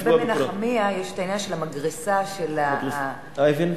במנחמיה יש העניין של המגרסה, האבן?